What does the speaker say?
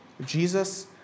Jesus